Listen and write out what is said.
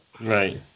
Right